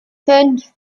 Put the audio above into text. fünf